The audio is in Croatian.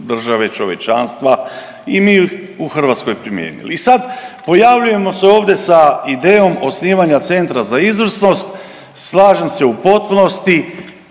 države, čovječanstva i mi u Hrvatskoj primijenili. I sad pojavljujemo se ovdje sa idejom osnivanja Centra za izvrsnost, slažem se u potpunosti.